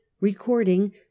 Recording